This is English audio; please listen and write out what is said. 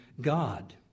God